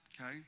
Okay